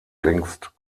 längst